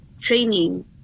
training